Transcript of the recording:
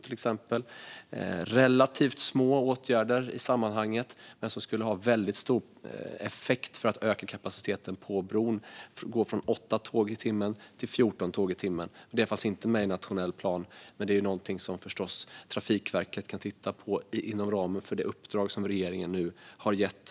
Det är relativt små åtgärder i sammanhanget men som skulle ha väldigt stor effekt för att öka kapaciteten på bron och gå från 8 tåg i timmen till 14 tåg i timmen. Detta fanns inte med i den nationella planen men är någonting som förstås Trafikverket kan titta på inom ramen för det uppdrag som regeringen nu har gett.